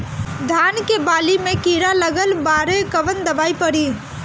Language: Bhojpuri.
धान के बाली में कीड़ा लगल बाड़े कवन दवाई पड़ी?